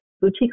boutique